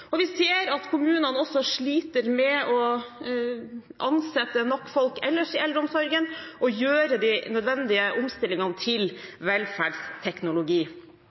Vi ser at kommunene også sliter med å ansette nok folk ellers i eldreomsorgen og gjør de nødvendige omstillingene til velferdsteknologi